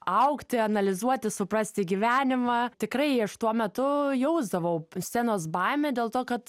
augti analizuoti suprasti gyvenimą tikrai aš tuo metu jausdavau scenos baimę dėl to kad